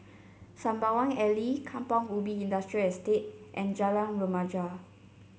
Sembawang Alley Kampong Ubi Industrial Estate and Jalan Remaja